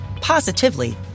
positively